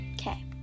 okay